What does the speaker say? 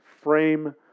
frame